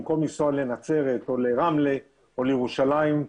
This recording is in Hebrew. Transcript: במקום לנסוע לנצרת או לרמלה או לירושלים,